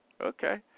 Okay